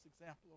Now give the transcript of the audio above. example